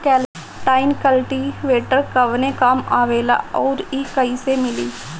Tine cultivator कवने काम आवेला आउर इ कैसे मिली?